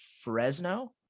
Fresno